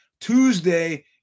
Tuesday